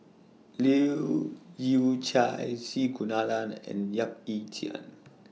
Leu Yew Chye C Kunalan and Yap Ee Chian